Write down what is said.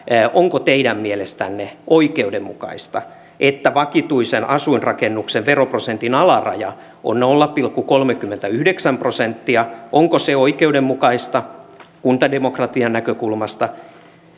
onko teidän mielestänne oikeudenmukaista että vakituisen asuinrakennuksen veroprosentin alaraja on nolla pilkku kolmekymmentäyhdeksän prosenttia onko se oikeudenmukaista kuntademokratian näkökulmasta